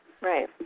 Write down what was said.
right